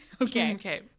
Okay